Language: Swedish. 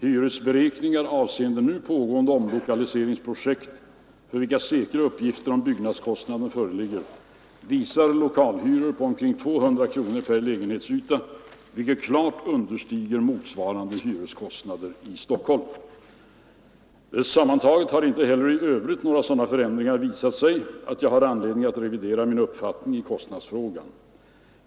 Hyresberäkningar avseende nu pågående omlokaliseringsprojekt, för vilka säkra uppgifter om byggnadskostnader föreligger, visar lokalhyror på omkring 200 kronor per kvadratmeter lägenhetsyta, vilket klart understiger motsvarande hyreskostnader i Stockholm. Sammantaget har inte heller i övrigt några sådana förändringar visat sig att jag har anledning att revidera min uppfattning i kostnadsfrågan.